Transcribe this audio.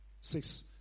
Six